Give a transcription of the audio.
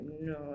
No